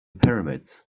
pyramids